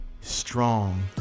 strong